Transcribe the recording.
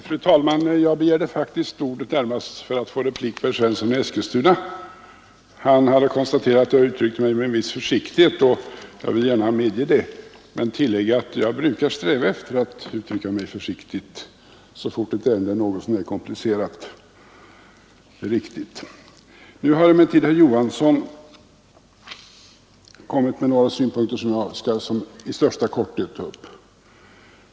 Fru talman! Jag begärde faktiskt ordet närmast för att replikera herr Svensson i Eskilstuna. Han konstaterade att jag uttryckte mig med en viss försiktighet. Jag medger gärna att jag gjorde det, men jag vill tillägga att jag brukar sträva efter att uttrycka mig försiktigt så fort ett ärende är något komplicerat. Nu har emellertid herr Johansson i Trollhättan fört fram några synpunkter som jag i största korthet skall ta upp.